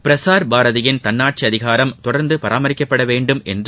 பிரசார் பாரதியின் தன்னாட்சி அதிகாரம் தொடர்ந்து பராமரிக்கப்பட வேண்டும் என்று